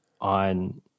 on